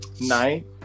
night